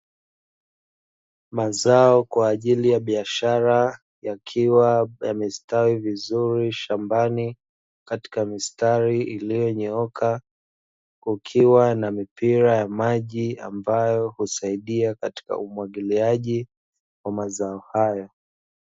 Mazao kwa ajili ya biashara yakiwa yamestawi vizuri shambani, katika mistari iliyonyooka kukiwa na mipira ya maji ambayo husaidia katika umwagiliaji wa mazao haya.